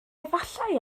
efallai